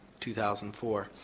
2004